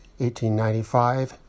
1895